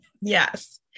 yes